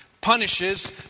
punishes